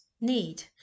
need